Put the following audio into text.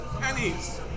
pennies